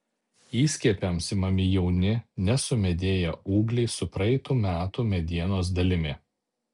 įskiepiams imami jauni nesumedėję ūgliai su praeitų metų medienos dalimi